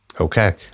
Okay